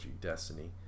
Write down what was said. Destiny